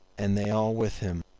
and they all with him,